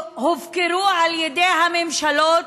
שהופקרו על ידי הממשלות,